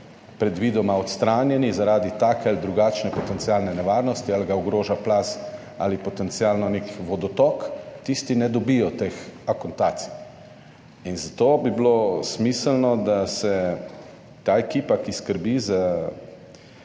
predvidoma odstranjeni, zaradi take ali drugačne potencialne nevarnosti ali ga ogroža plaz ali potencialno nek vodotok, tisti ne dobijo teh akontacij. In zato bi bilo smiselno, da se ta ekipa, ki skrbi za